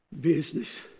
business